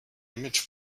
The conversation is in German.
image